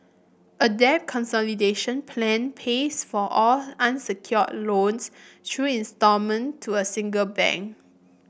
a debt consolidation plan pays for all unsecured loans through instalment to a single bank